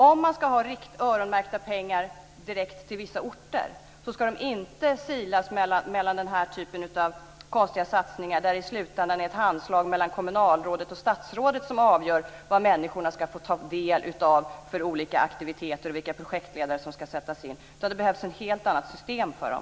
Om det ska vara öronmärkta pengar direkt till vissa orter ska de inte silas mellan den här typen av konstiga satsningar, där det i slutändan är ett handslag mellan kommunalrådet och statsrådet som avgör vilka olika aktiviteter människor ska få ta del av och vilka projektledare som ska sättas in. Det behövs ett helt annat system för dem.